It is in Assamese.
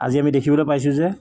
আজি আমি দেখিবলৈ পাইছো যে